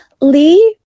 Lee